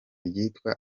ryitwa